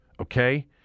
okay